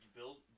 build